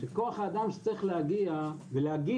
שכוח האדם שצריך להגיע ולהגיע,